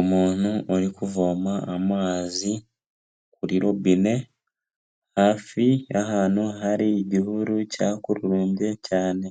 Umuntu uri kuvoma amazi kuri robine hafi y'ahantu hari igihuru cyakurumbye cyane.